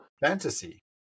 fantasy